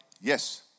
Yes